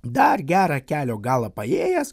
dar gerą kelio galą paėjęs